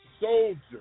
soldier